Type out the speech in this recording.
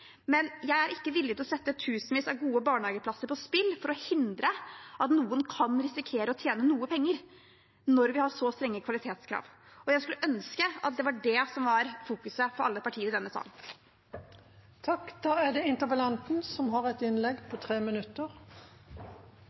men jeg er ikke villig til å sette tusenvis av gode barnehageplasser på spill for å hindre at noen kan risikere å tjene noen penger, når vi har så strenge kvalitetskrav. Jeg skulle ønske at det var det alle partiene i denne salen fokuserte på. Jeg vil takke for en god debatt. Takk til statsråden for gode innlegg, og takk til alle andre som har